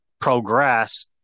progress